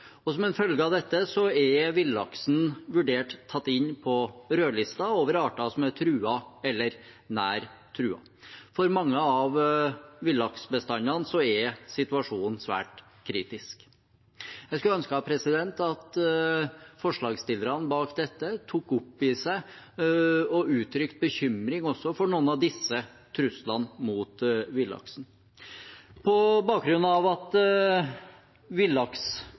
Og som en følge av dette er villaksen vurdert tatt inn på rødlista over arter som er truet eller nær truet. For mange av villaksbestandene er situasjonen svært kritisk. Jeg skulle ønske at forslagsstillerne tok opp i seg og uttrykte bekymring også for noen av disse truslene mot villaksen. På bakgrunn av at